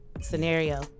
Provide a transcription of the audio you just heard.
scenario